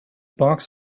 box